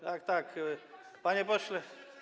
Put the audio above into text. Tak, tak, panie pośle.